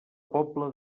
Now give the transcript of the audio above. pobla